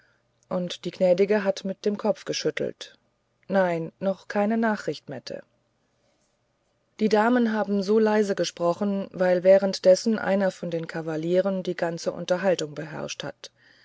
und die gnädige hat mit dem kopf geschüttelt nein immer noch keine nachricht mette die damen haben so leise gesprochen weil währenddessen einer von den kavalieren die ganze unterhaltung beherrscht hat